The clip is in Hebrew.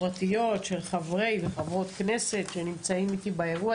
פרטיות של חברי וחברות כנסת שנמצאים איתי באירוע,